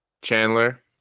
Chandler